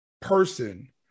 person